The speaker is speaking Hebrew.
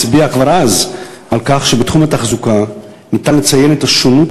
הצביע כבר אז על כך שבתחום התחזוקה ניתן לציין את השונות